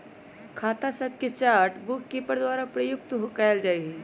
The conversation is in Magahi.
खता सभके चार्ट बुककीपर द्वारा प्रयुक्त कएल जाइ छइ